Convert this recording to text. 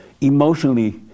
Emotionally